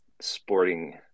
sporting